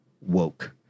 woke